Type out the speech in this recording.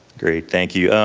great, thank you.